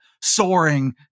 soaring